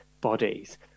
bodies